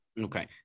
Okay